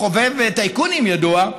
חובב טייקונים ידוע,